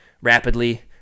rapidly